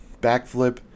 backflip